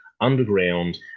underground